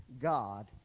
God